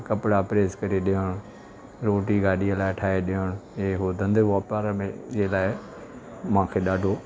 कपिड़ा प्रेस करे ॾियणु रोटी गाॾीअ लाइ ठाहे ॾियणु हे हो धंधे वापारु में जे लाइ मूंखे ॾाढो